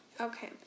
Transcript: Okay